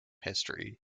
history